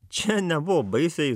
čia nebuvo baisiai